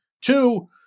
Two